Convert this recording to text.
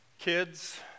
kids